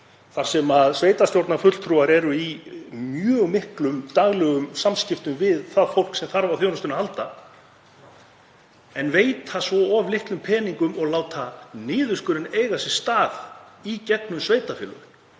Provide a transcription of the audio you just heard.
þar sem sveitarstjórnarfulltrúar eru í mjög miklum daglegum samskiptum við það fólk sem þarf á þjónustu að halda, en veita svo of litla peninga og láta niðurskurðinn eiga sér stað í gegnum sveitarfélögin